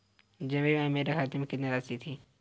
जनवरी माह में मेरे खाते में कितनी राशि थी?